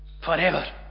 forever